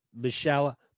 Michelle